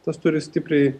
tas turi stipriai